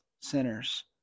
sinners